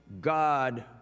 God